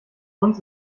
uns